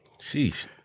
Sheesh